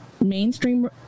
mainstream